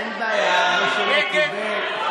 אין תקנון כזה.